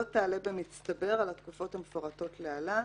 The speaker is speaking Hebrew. תעלה במצטבר על התקופות המפורטות להלן: